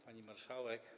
Pani Marszałek!